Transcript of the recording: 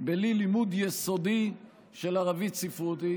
בלי לימוד יסודי של ערבית ספרותית.